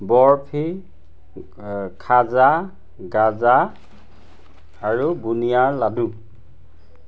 বৰফি খাজা গাজা আৰু বুনিয়াৰ লাডু